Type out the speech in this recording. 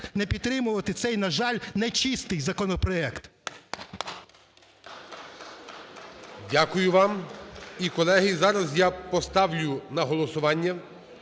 не підтримувати цей, на жаль, нечистий законопроект. ГОЛОВУЮЧИЙ. Дякую вам. І, колеги, зараз я поставлю на голосування